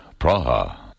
Praha